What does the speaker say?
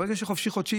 אבל חודשי-חופשי,